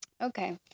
Okay